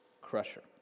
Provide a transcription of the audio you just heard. crusher